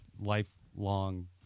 lifelong